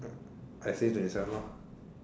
I say twenty seven lor